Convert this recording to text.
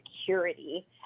Security